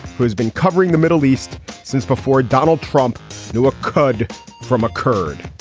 who has been covering the middle east since before donald trump knew a could from a kurd